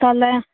ᱛᱟᱦᱚᱞᱮ